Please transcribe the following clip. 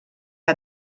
que